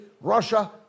Russia